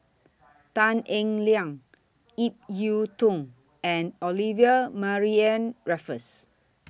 Tan Eng Liang Ip Yiu Tung and Olivia Mariamne Raffles